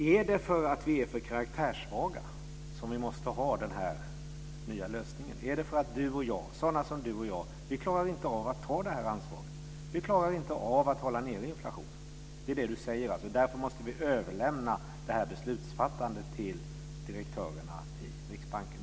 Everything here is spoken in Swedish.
Är det för att vi är för karaktärssvaga som vi måste ha den här nya lösningen? Är det för att sådana som Gunnar Hökmark och jag inte klarar av att ta det här ansvaret? Gunnar Hökmark säger att vi inte klarar av att hålla nere inflationen, och därför måste vi överlämna det här beslutsfattandet till direktörerna i Riksbanken.